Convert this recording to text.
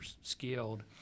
skilled